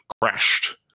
crashed